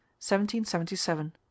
1777